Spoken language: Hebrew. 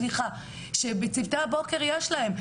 סליחה שבצוותי הבוקר יש להם,